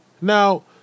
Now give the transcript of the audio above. Now